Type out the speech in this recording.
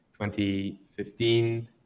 2015